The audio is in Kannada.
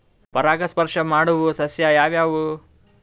ಪರಾಗಸ್ಪರ್ಶ ಮಾಡಾವು ಸಸ್ಯ ಯಾವ್ಯಾವು?